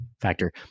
factor